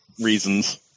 reasons